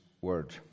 Word